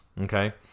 Okay